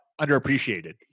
underappreciated